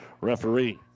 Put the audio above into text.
referee